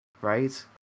Right